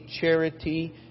charity